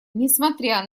несмотря